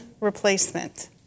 replacement